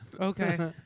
Okay